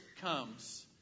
comes